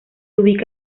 ubica